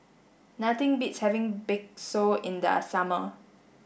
nothing beats having Bakso in the summer